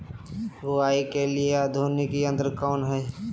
बुवाई के लिए आधुनिक यंत्र कौन हैय?